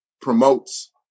promotes